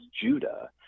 Judah